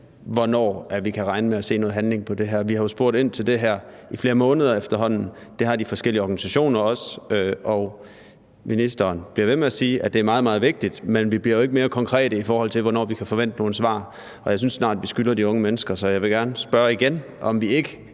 hvornår vi kan regne med at se noget handling på det her. Vi har jo spurgt ind til det her i flere måneder efterhånden – det har de forskellige organisationer også – og ministeren bliver ved med at sige, at det er meget, meget vigtig, men vi bliver jo ikke mere konkrete, i forhold til hvornår vi kan forvente nogle svar, og det synes jeg snart vi skylder de unge mennesker. Så jeg vil gerne spørge igen: Kan vi ikke